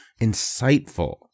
insightful